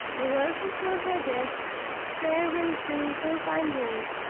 the verses were headed farewell to thorpe ambrose,